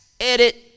edit